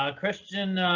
ah christian,